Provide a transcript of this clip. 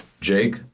Jake